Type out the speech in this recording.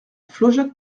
flaujac